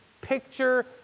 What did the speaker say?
picture